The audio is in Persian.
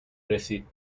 رسید